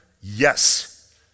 Yes